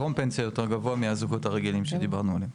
טרום פנסיה יותר גבוה מהזוגות הרגילים שדיברנו עליהם,